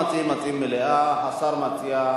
תודה רבה, אדוני.